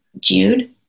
Jude